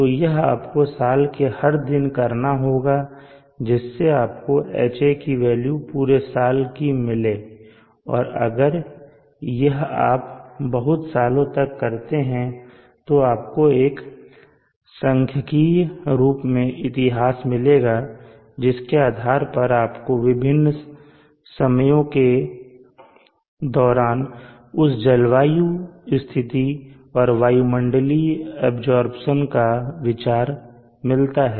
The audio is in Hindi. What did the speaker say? तो यह आपको साल के हर दिन करना होगा जिससे आपको Ha की वैल्यू पूरे साल की मिले और अगर यह आप बहुत सालों तक करते हैं तो आपको एक सांख्यिकीय रूप से इतिहास मिलेगा जिसके आधार पर आपको विभिन्न समयों के दौरान उस जलवायु स्थिति और वायुमंडलीय अब्जॉर्प्शन का विचार मिलता है